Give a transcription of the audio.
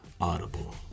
Audible